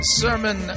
sermon